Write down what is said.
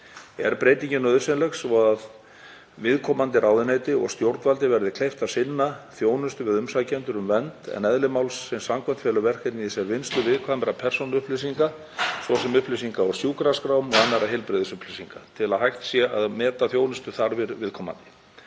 Er breytingin nauðsynleg svo að viðkomandi ráðuneyti og stjórnvaldi verði kleift að sinna þjónustu við umsækjendur um vernd, en eðli málsins samkvæmt felur verkefnið í sér vinnslu viðkvæmra persónuupplýsinga, svo sem upplýsinga úr sjúkraskrám annarra heilbrigðisupplýsinga, til að hægt sé að meta þjónustuþarfir viðkomandi.